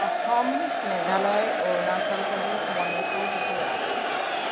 Assam Meghalaya Arunachal Pradesh Manipur Tripura